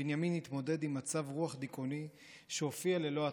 בנימין התמודד עם מצב רוח דיכאוני שהופיע ללא התראה,